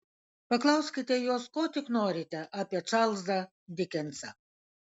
paklauskite jos ko tik norite apie čarlzą dikensą